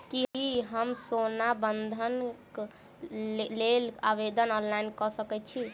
की हम सोना बंधन कऽ लेल आवेदन ऑनलाइन कऽ सकै छी?